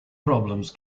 problems